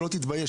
שלא יתבייש,